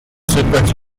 sypać